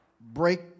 break